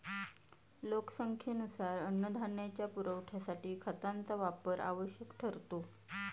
लोकसंख्येनुसार अन्नधान्याच्या पुरवठ्यासाठी खतांचा वापर आवश्यक ठरतो